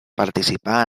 participà